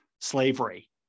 slavery